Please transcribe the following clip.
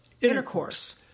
intercourse